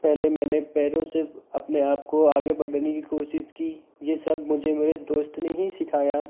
पहले मैंने पैरों से अपने आपको आगे बढ़ाने की कोशिश की ये सब मुझे मेरे दोस्त ने ही सिखाया